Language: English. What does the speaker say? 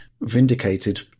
vindicated